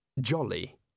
jolly